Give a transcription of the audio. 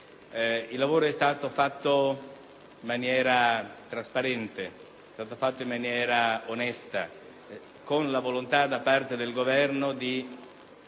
Il lavoro è stato condotto in maniera trasparente, onesta e con la volontà da parte del Governo di